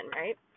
right